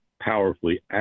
powerfully